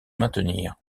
maintenir